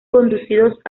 conducidos